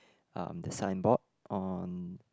um the signboard on